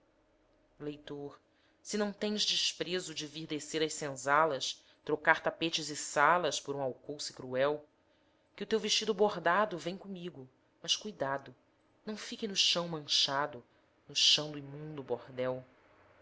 leitor se não tens desprezo de vir descer às senzalas trocar tapetes e salas por um alcouce cruel que o teu vestido bordado vem comigo mas cuidado não fique no chão manchado no chão do imundo bordel